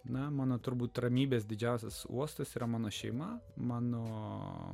na mano turbūt ramybės didžiausias uostas yra mano šeima mano